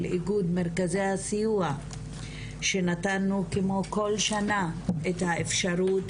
איגוד מרכזי הסיוע שנתנו לו כמו כל שנה את האפשרות